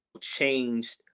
changed